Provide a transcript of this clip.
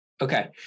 Okay